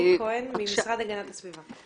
המשרד להגנת הסביבה.